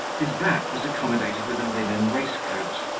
his back was accommodated with a linen waistcoat,